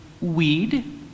weed